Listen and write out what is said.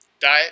diet